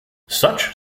such